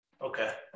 okay